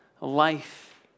life